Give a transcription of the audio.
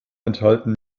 enthalten